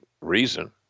reason